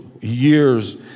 years